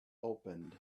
opened